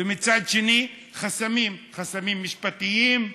ומצד שני, חסמים, חסמים משפטיים,